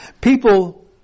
people